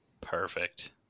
Perfect